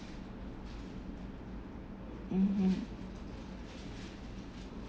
mmhmm